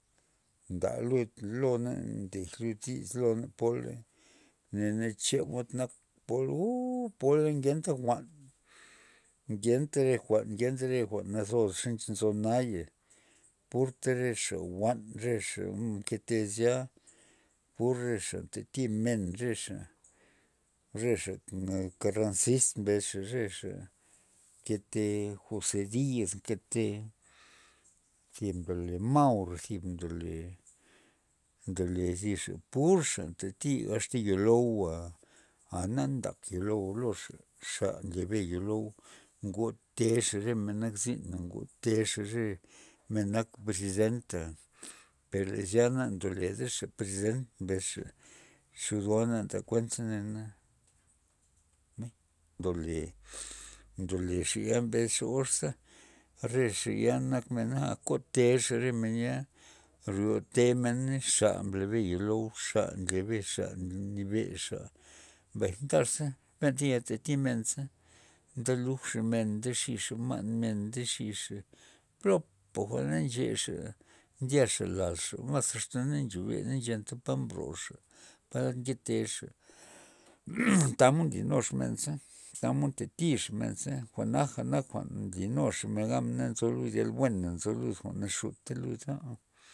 Nda lud lona ndej lud dis lona pola nena chemod nak pola uuu pola ngenta jwa'n, ngenta re jwa'n, ngenta re jwa'n nazosa ze nzo naya purta re xa jwa'n rexa nkete zya pur re xa ntati men rexa, rexa karanzis mbesxa rexa nkete jusadiya nkete zin ndole maur zib ndole, ndole zixa pur xa ntati asta yolou'a a na ntak yolou'a loxa, xa ndlyabe yolou', ngotexa re mena nak zina ngotexa re men nak presidenta per zyana na ndoledaxa president mbesxa, xud goana nda kuent ze nena, mbay ndole, ndolexa ya mbes xa gox za re xa ya nak mena kotexa re men ya, ryote mena xa mblabe yolou' xa nlyable xa nyabe xa, mbay ndaxza benta ya tati mena nde lujxa mena nde xixa ma'n men ndexixa plopa jwa'na nchexa ndyaxa laz xa, mas asta na nchobe na nchenta po broxa palad nketexa tamod linuxa men za tamod ntatixa men za jwa'na nak jwa'n nlixa men gab men za nzo lud yal buena nzo lud jwa'n naxutka luda.